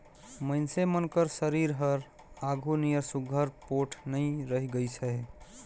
मइनसे मन कर सरीर हर आघु नियर सुग्घर पोठ नी रहि गइस अहे